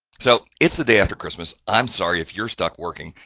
so it's the day after christmas, i'm sorry if you're stuck working,